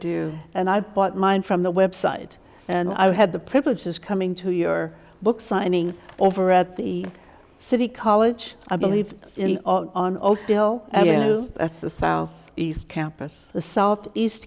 do and i bought mine from the website and i had the privilege this coming to your book signing over at the city college i believe bill you know that's the south east campus the south east